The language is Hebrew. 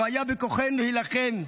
לא היה בכוחנו להילחם,